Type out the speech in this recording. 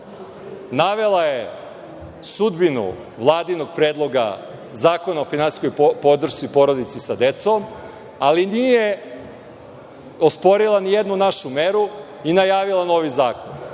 Navela je sudbinu vladinog predloga zakona o finansijskoj podršci porodici sa decom, ali nije osporila ni jednu našu meru i najavila novi zakon.